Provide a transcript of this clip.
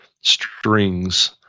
strings